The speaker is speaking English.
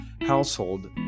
household